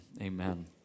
Amen